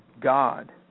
God